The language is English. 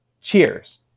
Cheers